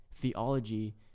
theology